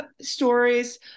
stories